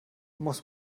muss